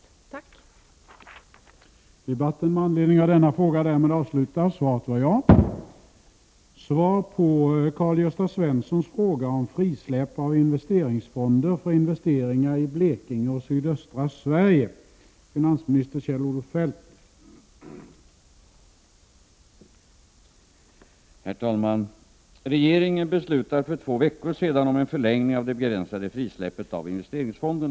Tack!